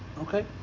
Okay